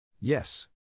Yes